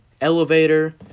elevator